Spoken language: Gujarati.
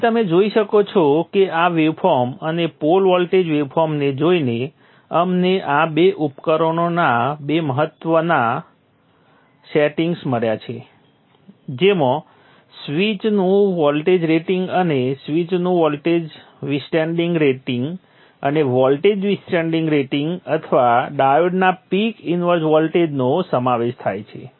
તેથી તમે જોઈ શકો છો કે આ વેવફોર્મ અને પોલ વોલ્ટેજ વેવફોર્મને જોઈને અમને આ બે ઉપકરણોના બે મહત્ત્વના રેટિંગ્સ મળ્યાં છે જેમાં સ્વીચનું વોલ્ટેજ રેટિંગ અને સ્વીચનું વોલ્ટેજ વિથસ્ટેન્ડિંગ રેટિંગ અને વોલ્ટેજ વિથસ્ટેન્ડિંગ રેટિંગ અથવા ડાયોડના પીક ઇન્વર્સ વોલ્ટેજનો સમાવેશ થાય છે